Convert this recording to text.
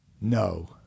No